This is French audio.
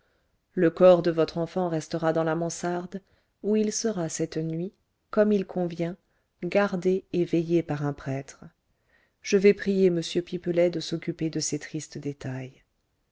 le corps de votre enfant restera dans la mansarde où il sera cette nuit comme il convient gardé et veillé par un prêtre je vais prier m pipelet de s'occuper de ces tristes détails